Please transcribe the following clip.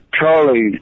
Charlie